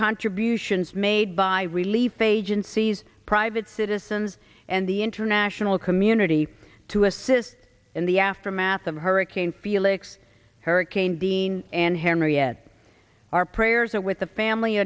contributions made by relief agencies private citizens and the international community to assist in the aftermath of hurricane felix hurricane dean and henriette our prayers are with the family